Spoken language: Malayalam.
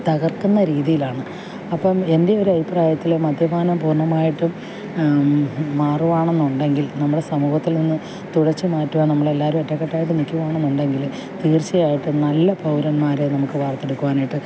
തകർക്കുന്ന രീതിയിലാണ് അപ്പം എൻ്റെ ഒരു അഭിപ്രായത്തിൽ മദ്യപാനം പൂർണ്ണമായിട്ടും മാറുവാണെന്നുണ്ടെങ്കിൽ നമ്മുടെ സമൂഹത്തിൽ നിന്ന് തുടച്ചു മാറ്റുവാൻ നമ്മൾ എല്ലാവരും ഒറ്റക്കെട്ടായിട്ട് നിൽക്കുവാണെന്നുണ്ടെങ്കിൽ തീർച്ചയായിട്ടും നല്ല പൗരന്മാരെ നമുക്ക് വാർത്തെടുക്കുവാനായിട്ട്